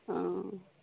অঁ